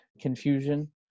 confusion